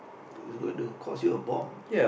it's going to cost you a bomb